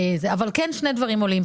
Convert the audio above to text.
אבל כן שני דברים עולים.